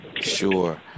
Sure